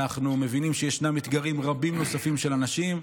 אנחנו מבינים שיש אתגרים רבים נוספים של אנשים,